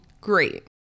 great